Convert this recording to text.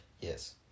Yes